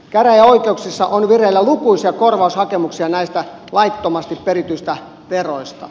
käräjäoikeuksissa on vireillä lukuisia korvaushakemuksia näistä laittomasti perityistä veroista